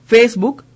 Facebook